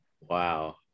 Wow